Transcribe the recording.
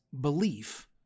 belief